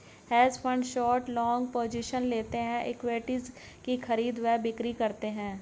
hedge fund short व long positions लेते हैं, इक्विटीज की खरीद व बिक्री करते हैं